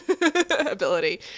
ability